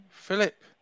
Philip